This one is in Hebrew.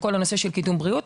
לכל הנושא של קידום בריאות.